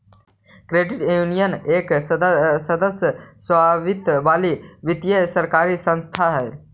credit union एक सदस्य स्वामित्व वाली वित्तीय सरकारी संस्था हइ